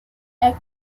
act